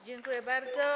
Dziękuję bardzo.